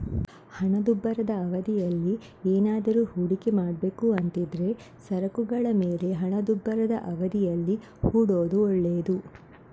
ಹಣದುಬ್ಬರದ ಅವಧಿಯಲ್ಲಿ ಏನಾದ್ರೂ ಹೂಡಿಕೆ ಮಾಡ್ಬೇಕು ಅಂತಿದ್ರೆ ಸರಕುಗಳ ಮೇಲೆ ಹಣದುಬ್ಬರದ ಅವಧಿಯಲ್ಲಿ ಹೂಡೋದು ಒಳ್ಳೇದು